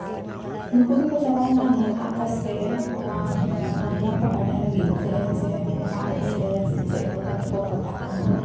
ᱱᱩᱠᱩ ᱫᱚᱠᱚ ᱪᱟᱞᱟᱣ ᱞᱮᱱᱟ ᱢᱚᱦᱟᱠᱟᱥ ᱨᱮ ᱱᱚᱣᱟ ᱠᱚ ᱵᱟᱰᱟᱭ ᱞᱟᱹᱜᱤᱫ ᱡᱮ ᱡᱮ ᱢᱚᱦᱟᱠᱟᱥ ᱨᱮ ᱪᱮᱫ ᱪᱮᱫ ᱜᱷᱚᱴᱚᱱᱟ ᱠᱚ ᱜᱷᱚᱴᱟᱜ ᱠᱟᱱᱟ